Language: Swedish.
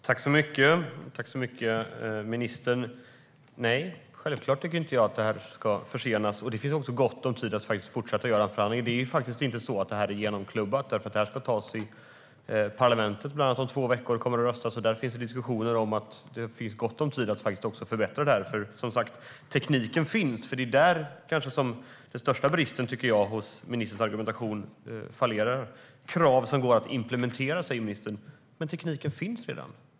Herr talman! Nej, självklart tycker jag inte att förhandlingen ska försenas. Det finns också gott om tid att fortsätta förhandlingen. Det är inte så att beslutet är klubbat. Om två veckor ska parlamentet rösta. Där finns diskussioner som går ut på att det finns gott om tid att förbättra förslagen. Tekniken finns. Det är där den största bristen finns i ministerns argumentation. Ministern säger att det handlar om krav som kan implementeras. Men tekniken finns redan.